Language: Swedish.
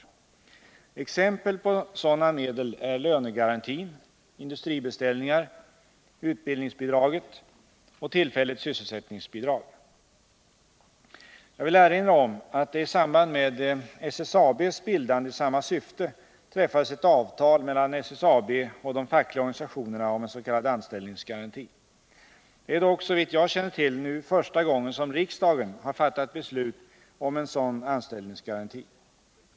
— garantin för an Exempel på sådana medel är lönegarantin, industribeställningar, utbildnings — ställda vid Svenska bidraget och tillfälligt sysselsättningsbidrag. Varv AB Jag vill erinra om att det i samband med SSAB:s bildande i samma syfte träffades ett avtal mellan SSAB och de fackliga organisationerna om en s.k. anställningsgaranti. Det är dock såvitt jag känner till nu första gången som riksdagen har fattat beslut om en sådan anställningsgaranti.